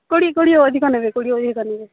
କୋଡ଼ିଏ କୋଡ଼ିଏ ଅଧିକ ନେବେ କୋଡ଼ିଏ ଅଧିକ ନେବେ